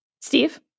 steve